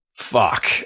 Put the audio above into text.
fuck